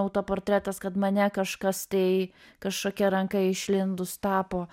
autoportretas kad mane kažkas tai kažkokia ranka išlindus tapo